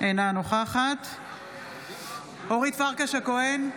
אינה נוכחת אורית פרקש הכהן,